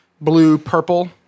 blue-purple